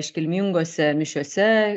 iškilmingose mišiose